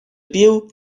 пил